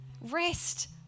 Rest